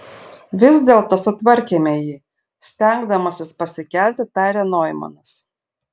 vis dėlto sutvarkėme jį stengdamasis pasikelti tarė noimanas